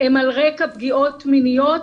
הן על רקע פגיעות מיניות.